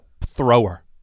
thrower